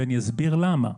ואני אסביר למה.